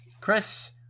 chris